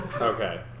Okay